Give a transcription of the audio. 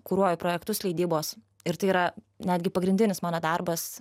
kuruoju projektus leidybos ir tai yra netgi pagrindinis mano darbas